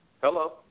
Hello